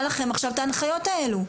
לכם עכשיו את ההנחיות האלו.